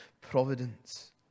providence